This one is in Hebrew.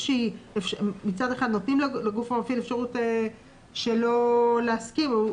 מצד אחד נותנים לגוף המפעיל אפשרות שלא להסכים,